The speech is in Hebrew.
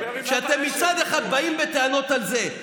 שאתם מצד אחד באים בטענות על זה,